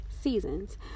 seasons